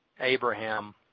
Abraham